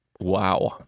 Wow